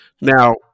Now